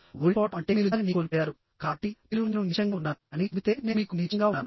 ఓడిపోవడం అంటే మీరు దానిని కోల్పోయారు కాబట్టి మీరు నేను నీచంగా ఉన్నాను అని చెబితే నేను మీకు నీచంగా ఉన్నాను